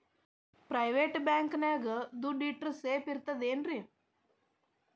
Private bank ನ್ಯಾಗ್ ದುಡ್ಡ ಇಟ್ರ ಸೇಫ್ ಇರ್ತದೇನ್ರಿ?